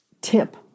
tip